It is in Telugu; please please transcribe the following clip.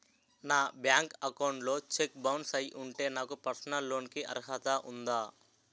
నా బ్యాంక్ అకౌంట్ లో చెక్ బౌన్స్ అయ్యి ఉంటే నాకు పర్సనల్ లోన్ కీ అర్హత ఉందా?